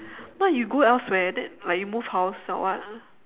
what if you go elsewhere then like you move house or what